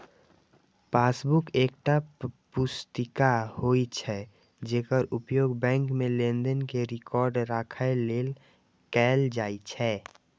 passbook एकटा पुस्तिका होइ छै, जेकर उपयोग बैंक मे लेनदेन के रिकॉर्ड राखै लेल कैल जाइ छै